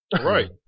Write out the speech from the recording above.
Right